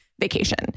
vacation